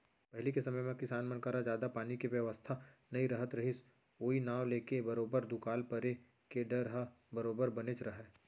पहिली के समे म किसान मन करा जादा पानी के बेवस्था नइ रहत रहिस ओई नांव लेके बरोबर दुकाल परे के डर ह बरोबर बनेच रहय